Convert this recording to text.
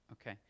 Okay